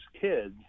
kids